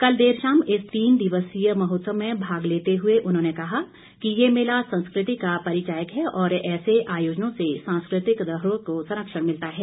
कल देर शाम इस तीन दिवसीय महोत्सव में भाग लेते हुए उन्होंने कहा कि ये मेला संस्कृति का परिचायक है और ऐसे आयोजनों से सांस्कृतिक धरोहर को संरक्षण मिलता है